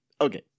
okay